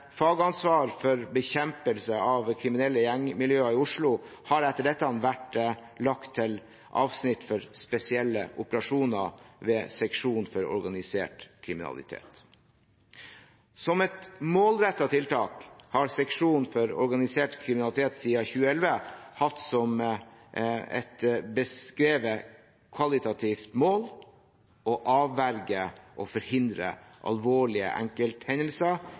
for bekjempelse av kriminelle gjengmiljøer i Oslo har etter dette vært lagt til avsnitt for Spesielle operasjoner ved Seksjon for organisert kriminalitet. Som et målrettet tiltak har Seksjon for organisert kriminalitet siden 2011 hatt som et beskrevet kvalitativt mål å avverge og forhindre alvorlige enkelthendelser